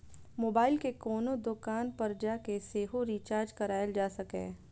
mobile कें कोनो दोकान पर जाके सेहो रिचार्ज कराएल जा सकैए